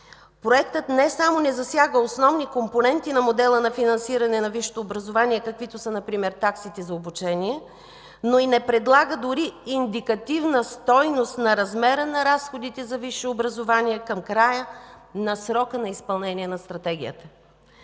Проектът не само не засяга основни компоненти на модела на финансиране на висшето образование, каквито са например таксите за обучение, но и не предлага дори индикативна стойност на размера на разходите за висше образование към края на срока на изпълнение на Стратегията.